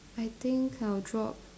I think I'll drop